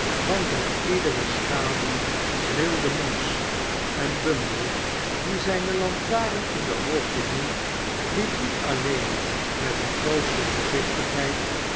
want bij iedere schaduw rilde monks en bumble die zijnen lantaren in de hoogte hield liep niet alleen met de grootste voorzichtigheid